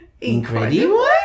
Incredible